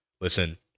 listen